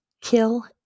kill